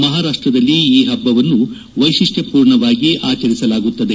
ಮಹಾರಾಷ್ಟದಲ್ಲಿ ಈ ಹಬ್ಬವನ್ನು ವೈಶಿಷ್ಟ್ ಪೂರ್ಣವಾಗಿ ಆಚರಿಸಲಾಗುತ್ತದೆ